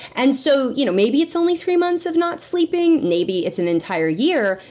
and so, you know maybe it's only three months of not sleeping. maybe it's an entire year.